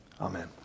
Amen